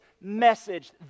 message